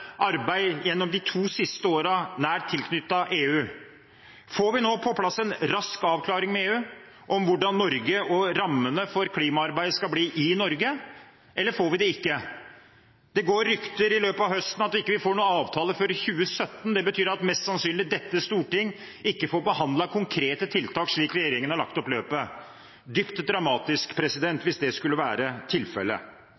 arbeid gjennom de to siste årene, nær tilknyttet EU. Får vi nå på plass en rask avklaring med EU om rammene for klimaarbeidet i Norge, eller får vi det ikke? Det gikk rykter i løpet av høsten om at vi ikke får noen avtale før i 2017. Det betyr at dette storting mest sannsynlig ikke får behandlet konkrete tiltak slik som regjeringen har lagt løpet – dypt dramatisk hvis det skulle være